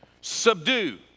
subdue